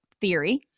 theory